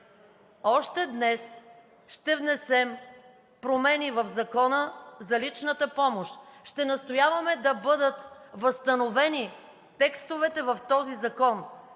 Още днес ще внесем промени в Закона за личната помощ. Ще настояваме да бъдат възстановени текстовете в този закон,